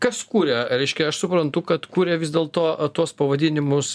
kas kuria reiškia aš suprantu kad kuria vis dėl to a tuos pavadinimus